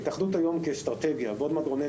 ההתאחדות היום כאסטרטגיה ועוד מעט רונן